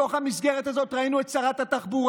בתוך המסגרת הזאת ראינו את שרת התחבורה,